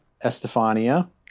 Estefania